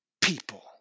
people